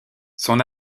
son